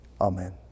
Amen